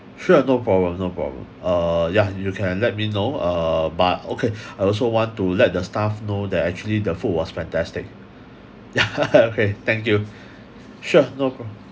sure no problem no problem uh yeah you can let me know uh but okay I also want to let the staff know that actually the food was fantastic yeah okay thank you sure no problem